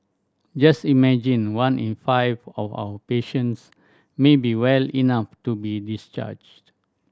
just imagine one in five of our patients may be well enough to be discharged